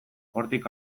hortik